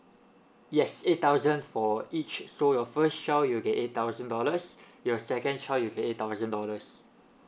yes eight thousand for each so your first child you'll get eight thousand dollars your second child you'll get eight thousand dollars